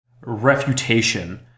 refutation